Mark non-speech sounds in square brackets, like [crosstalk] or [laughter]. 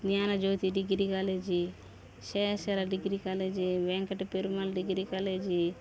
జ్ఞాన Jyothi degree college [unintelligible] degree college Venkata Perumal degree college